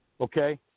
Okay